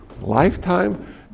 lifetime